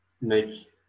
make